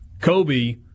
Kobe